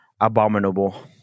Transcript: Abominable